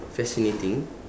fascinating